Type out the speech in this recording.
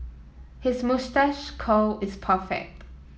his moustache curl is perfect